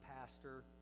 pastor